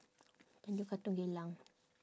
tanjong katong geylang